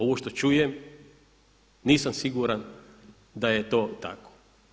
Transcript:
Ovo što čujem, nisam siguran da je to tako.